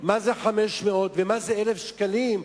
מה זה 500 ומה זה 1,000 שקלים,